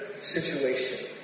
situation